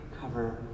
cover